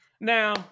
Now